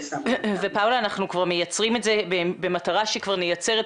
אנחנו כבר מייצרים את זה במטרה שנייצר את